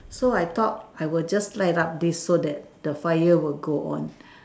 so I thought I will just light up this so that the fire will go on